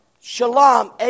shalom